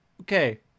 Okay